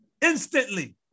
Instantly